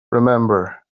remember